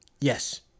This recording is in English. Yes